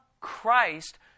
Christ